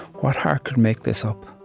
what heart could make this up?